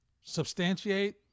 substantiate